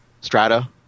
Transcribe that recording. strata